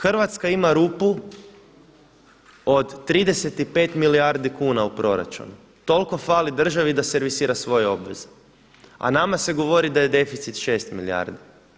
Hrvatska ima rupu od 35 milijardi kuna u proračunu, toliko fali državi da servisira svoje obveze, a nama se govori da je deficit šest milijardi.